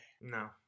No